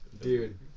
Dude